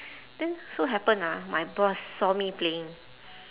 then so happen ah my boss saw me playing